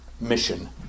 mission